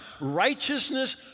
righteousness